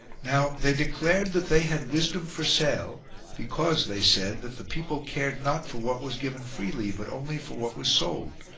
now they declared that they had wisdom for sale because they said that the people cared not for what was given freely but only for what was sold,